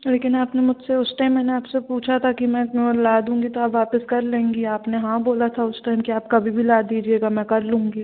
लेकिन आपने मुझसे उस टाइम मैंने आपसे पूछा था कि मैं अगर ला दूँगी तो आप वापस कर लेंगी आप ने हाँ बोला था उस टाइम कि आप कभी भी ला दीजिएगा मैं कर लूँगी